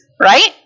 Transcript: right